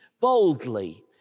boldly